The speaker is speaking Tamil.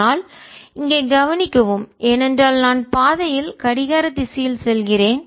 ஆனால் இங்கே கவனிக்கவும் ஏனென்றால் நான் பாதையில் கடிகார திசையில் செல்கிறேன்